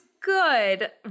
good